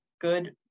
good